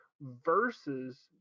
versus